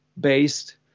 based